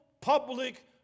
public